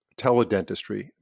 teledentistry